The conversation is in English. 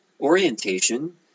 Orientation